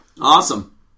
Awesome